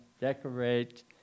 decorate